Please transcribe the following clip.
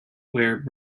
where